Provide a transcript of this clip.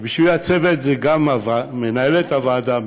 ובשבילי הצוות זאת גם מנהלת הוועדה,